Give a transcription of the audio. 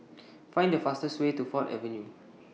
Find The fastest Way to Ford Avenue